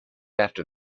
after